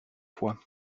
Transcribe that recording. fois